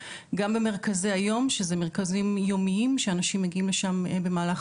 גם במרכזי היום שזה מרכזים יומיים שאנשים מגיעים לשם במהלך